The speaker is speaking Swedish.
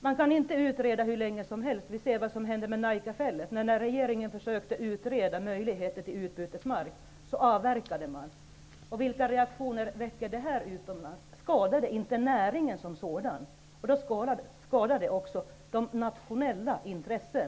Man kan inte utreda hur länge som helst. Vi såg vad som hände med Njakafjället. När regeringen försökte utreda möjligheter till utbytesmark avverkade man. Vilka reaktioner väcker det utomlands? Skadar det inte näringen som sådan? Om det gör det skadar det också hela Sveriges nationella intressen.